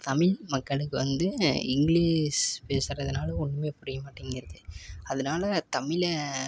தமிழ் மக்களுக்கு வந்து இங்கிலீஷ் பேசறதுனால் ஒன்றுமே புரியமாட்டேங்கிறது அதனால தமிழை